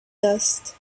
dust